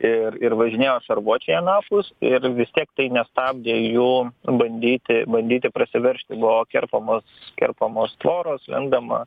ir ir važinėjo šarvuočiai anapus ir vis tiek tai nestabdė jų bandyti bandyti prasiveržti buvo kerpamos kerpamos tvoros lendama